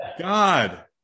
God